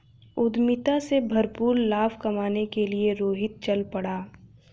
उद्यमिता से भरपूर लाभ कमाने के लिए रोहित चल पड़ा